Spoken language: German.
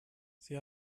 sie